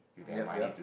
yep yep